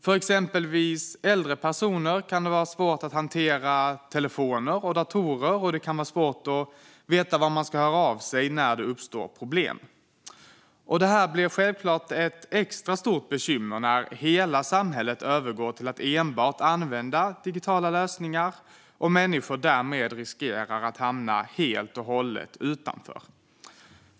För exempelvis äldre personer kan det vara svårt att hantera telefoner och datorer, och det kan vara svårt att veta vart man ska höra av sig när det uppstår problem. Detta blir självklart ett extra stort bekymmer när hela samhället övergår till att enbart använda digitala lösningar och människor därmed riskerar att hamna helt och hållet utanför.